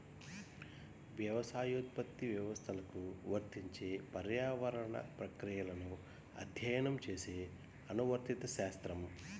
వ్యవసాయోత్పత్తి వ్యవస్థలకు వర్తించే పర్యావరణ ప్రక్రియలను అధ్యయనం చేసే అనువర్తిత శాస్త్రం